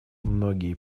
многие